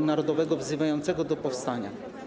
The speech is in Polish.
Narodowego wzywającego do powstania.